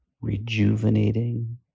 rejuvenating